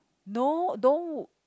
no don't